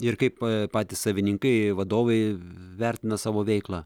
ir kaip patys savininkai vadovai vertina savo veiklą